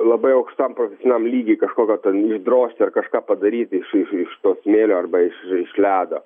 labai aukštam profesionaliam lygy kažkokio ten išdrožti ar kažką padaryti iš iš to smėlio arba iš iš ledo